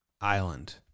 Island